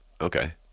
Okay